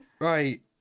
right